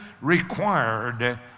required